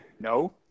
No